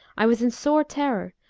i was in sore terror,